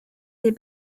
des